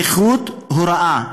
איכות הוראה,